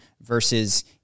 versus